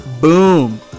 boom